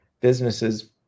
businesses